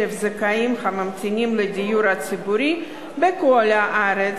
זכאים הממתינים לדיור ציבורי בכל הארץ,